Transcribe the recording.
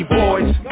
boys